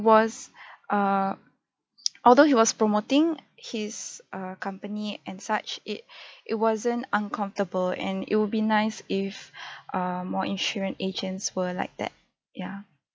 was err although he was promoting his err company and such it it wasn't uncomfortable and it will be nice if err more insurance agents were like that ya